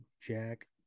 Jack